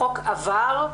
החוק עבר,